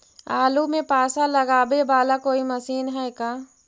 आलू मे पासा लगाबे बाला कोइ मशीन है का?